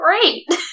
great